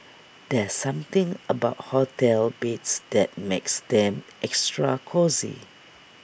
there's something about hotel beds that makes them extra cosy